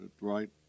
right